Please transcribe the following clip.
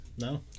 No